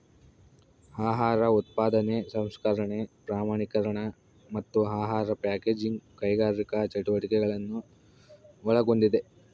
ಆಹಾರ ಉತ್ಪಾದನೆ ಸಂಸ್ಕರಣೆ ಪ್ರಮಾಣೀಕರಣ ಮತ್ತು ಆಹಾರ ಪ್ಯಾಕೇಜಿಂಗ್ ಕೈಗಾರಿಕಾ ಚಟುವಟಿಕೆಗಳನ್ನು ಒಳಗೊಂಡಿದೆ